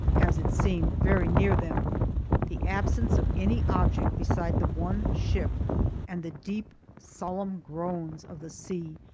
as it seemed, very near them the absence of any object besides the one ship and the deep, solemn groans of the sea,